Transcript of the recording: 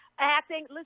acting